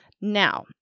Now